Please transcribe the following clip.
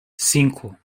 cinco